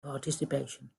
participation